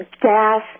gas